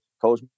Coach